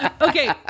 Okay